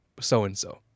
so-and-so